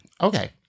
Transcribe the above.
Okay